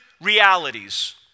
realities